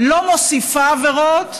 לא מוסיפה עבירות,